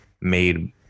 made